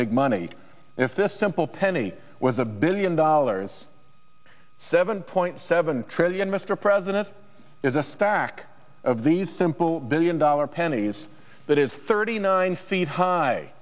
big money if this simple penny was a billion dollars seven point seven trillion mr president is a stack of these simple billion dollar pennies that is thirty nine feet high